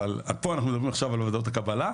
אבל פה אנחנו מדברים עכשיו על ועדות הקבלה,